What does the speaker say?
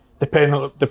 depending